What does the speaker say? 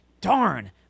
darn